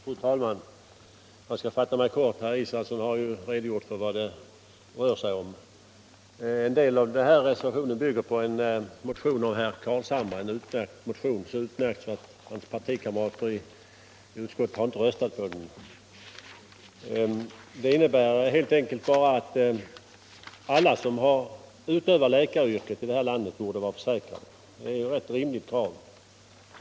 Fru talman! Jag skall fatta mig kort. Herr Israelsson har redan redogjort för vad det rör sig om. En del av reservationen bygger på en motion av herr Carlshamre. Det är en utmärkt motion — så utmärkt att hans partikamrater i utskottet inte har röstat för den. Den innebär helt enkelt att alla som utövar läkaryrket i detta land skall vara försäkrade. Det är ett rimligt krav.